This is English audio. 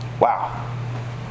Wow